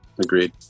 agreed